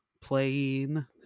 playing